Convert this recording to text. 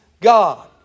God